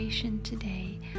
today